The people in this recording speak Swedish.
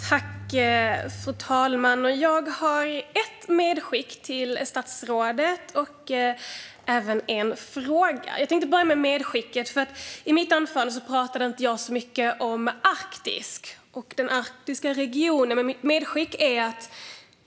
Fru talman! Jag har ett medskick och en fråga till statsrådet och börjar med medskicket. Jag talade inte särskilt mycket om Arktis och den arktiska regionen i mitt anförande.